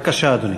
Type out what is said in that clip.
בבקשה, אדוני.